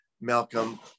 Malcolm